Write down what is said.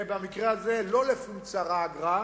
במקרה הזה לא לפום צערא אגרא,